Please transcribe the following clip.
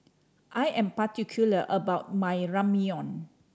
I am particular about my Ramyeon